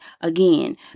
again